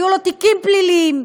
היו לו תיקים פליליים,